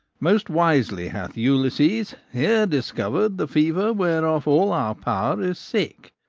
most wisely hath ulysses here discover'd the fever whereof all our power is sick.